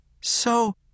So